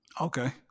Okay